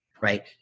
right